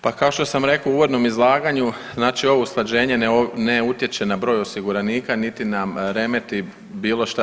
Pa kao što sam rekao u uvodnom izlaganju znači ovo usklađenje ne utječe na broj osiguranika niti nam remeti bilo šta.